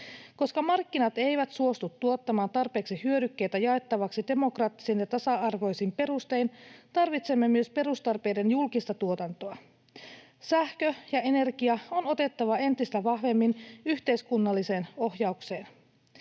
Koska markkinat eivät suostu tuottamaan tarpeeksi hyödykkeitä jaettavaksi demokraattisin ja tasa-arvoisin perustein, tarvitsemme myös perustarpeiden julkista tuotantoa. Sähkö ja energia on otettava entistä vahvemmin yhteiskunnalliseen ohjaukseen.